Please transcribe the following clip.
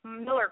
Miller